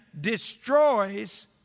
destroys